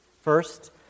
First